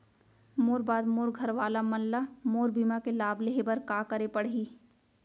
मोर बाद मोर घर वाला मन ला मोर बीमा के लाभ लेहे बर का करे पड़ही?